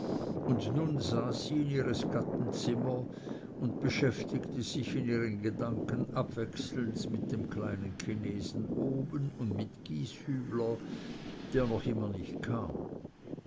und nun saß sie in ihres gatten zimmer und beschäftigte sich in ihren gedanken abwechselnd mit dem kleinen chinesen oben und mit gieshübler der noch immer nicht kam